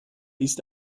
ist